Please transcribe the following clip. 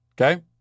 Okay